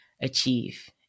achieve